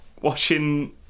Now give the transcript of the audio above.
watching